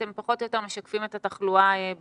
אתם פחות או יותר משקפים את התחלואה בקהילה,